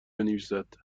بنویسد